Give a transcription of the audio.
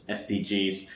sdgs